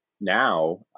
now